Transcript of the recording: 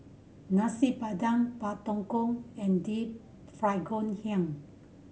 Nasi Padang Pak Thong Ko and Deep Fried Ngoh Hiang